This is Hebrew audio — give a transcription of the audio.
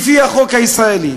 לפי החוק הישראלי.